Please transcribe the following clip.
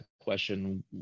question